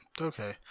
Okay